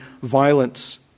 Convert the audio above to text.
violence